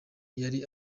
yari